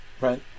Right